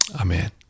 Amen